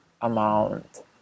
amount